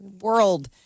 world